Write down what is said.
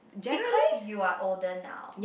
because you are older now